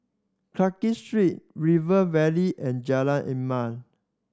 Clarke Street River Valley and Jalan